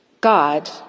God